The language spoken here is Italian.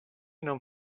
non